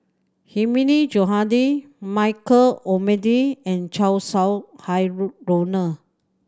Hilmi Johandi Michael Olcomendy and Chow Sau Hai Roland